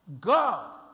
God